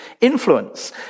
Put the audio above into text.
influence